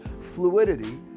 fluidity